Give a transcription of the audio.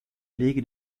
lege